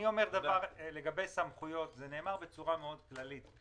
לגבי סמכויות זה נאמר בצורה מאוד כללית.